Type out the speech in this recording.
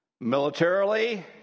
militarily